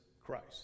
Christ